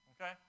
Okay